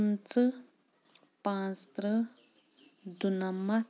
پٕنٛژٕہ پانٛژترٕہ دُنَمتھ